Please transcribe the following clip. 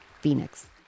Phoenix